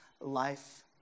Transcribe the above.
life